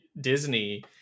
Disney